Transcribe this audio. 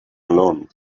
alone